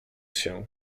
się